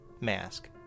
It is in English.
mask